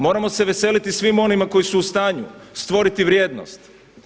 Moramo se veseliti svim onima koji su u stanju stvoriti vrijednost.